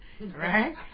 right